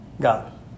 God